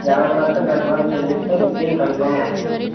యాభై percent advance చెల్లిస్తే booking confirm అవుతుంది